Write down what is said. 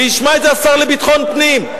וישמע את זה השר לביטחון פנים: